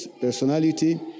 personality